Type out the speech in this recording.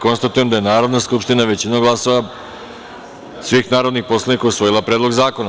Konstatujem da je Narodna skupština, većinom glasova svih narodnih poslanika, usvojila Predlog zakona.